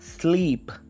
Sleep